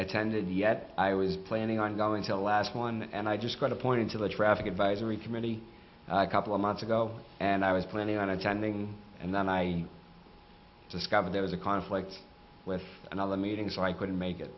attended yet i was planning on going to last one and i just got appointed to the traffic advisory committee couple of months ago and i was planning on attending and then i discovered there was a conflict with another meeting so i couldn't make it